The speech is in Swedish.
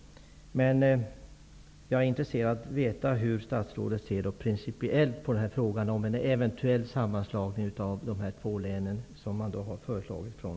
Jag är mycket intresserad av att få veta hur statsrådet principiellt ser på förslaget från